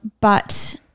but-